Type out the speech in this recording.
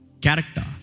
Character